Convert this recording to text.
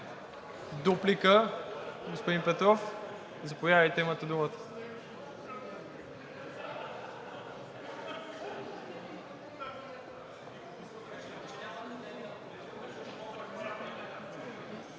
Дуплика, господин Петров? Заповядайте, имате думата.